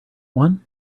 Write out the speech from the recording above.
one